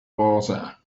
water